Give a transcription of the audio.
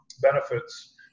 benefits